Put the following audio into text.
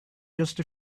just